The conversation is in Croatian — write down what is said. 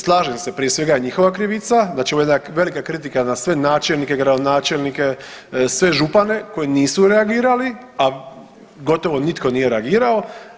Slažem se prije svega je njihova krivica znači ovo je jedna velika kritika na sve načelnike, gradonačelnike, sve župane koji nisu reagirali, a gotovo nitko nije reagirao.